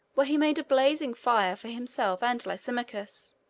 where he made a blazing fire for himself and lysimachus,